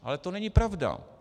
Ale to není pravda.